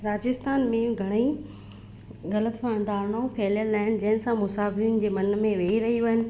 राजस्थान में घणेई ग़लति फ धारणाऊं फैलियलु आहिनि जेंसां मुसाफ़िरनि जे मन में वेई रहियूं आहिनि